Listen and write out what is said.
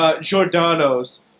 Giordano's